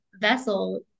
vessel